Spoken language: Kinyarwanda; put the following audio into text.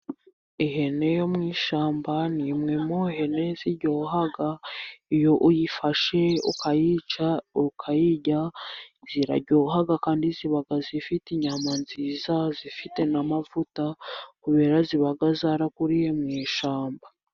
Ihene yo mu ishyamba ni imwe muhene ziryoha, iyo uyifashe ukayica ukayirya iraryoha, kandi ziba zifite inyama nziza zifite n'amavuta kubera ziba zarakuriye mu ishyamba.